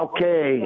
Okay